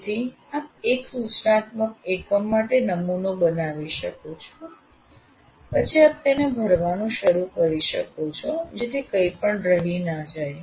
તેથી આપ એક સૂચનાત્મક એકમ માટે નમૂનો બનાવી શકો છો પછી આપ તેને ભરવાનું શરૂ કરી શકો છો જેથી કંઈપણ રહી ન જાય